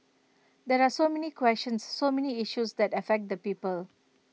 there are so many questions so many issues that affect the people